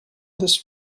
this